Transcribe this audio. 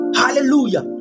hallelujah